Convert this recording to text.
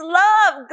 love